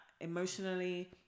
emotionally